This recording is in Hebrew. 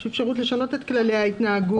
אפשרות לשנות את כללי ההתנהגות,